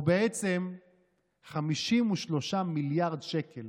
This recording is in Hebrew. או בעצם 53 מיליארד שקל